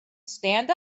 stand